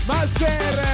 Master